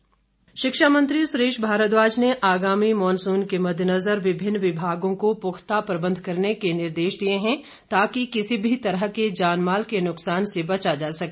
भारद्वाज शिक्षा मंत्री सुरेश भारद्वाज ने आगामी मानसून के मद्देनज़र विभिन्न विभागों को पुख्ता प्रबंध करने के निर्देश दिए हैं ताकि किसी भी तरह के जान माल के नुकसान से बचा जा सके